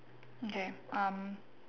okay um